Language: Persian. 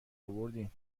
آوردین